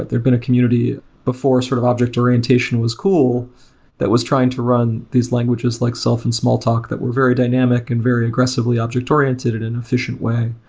there've been a community before sort of object or ientation was cool that was trying to run these languages like self and small talk that were very dynam ic and very aggressively object or iented in an efficient way.